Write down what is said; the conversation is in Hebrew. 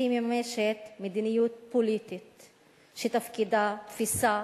שהיא מממשת מדיניות פוליטית שתפקידה, תפיסה